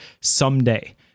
someday